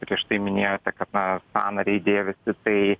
prieš tai minėjote kad na sąnariai dėvisi tai